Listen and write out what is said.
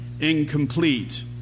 incomplete